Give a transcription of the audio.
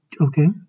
okay